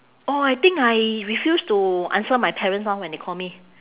orh I think I refuse to answer my parents orh when they call me